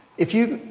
if you